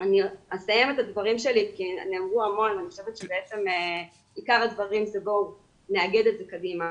אני חושבת שבעצם עיקר הדברים זה בואו נאגד את זה קדימה.